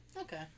Okay